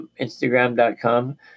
instagram.com